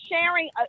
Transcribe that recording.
sharing